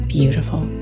Beautiful